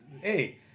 Hey